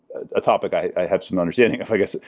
a topic i have some understanding of, i guess.